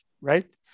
right